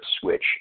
switch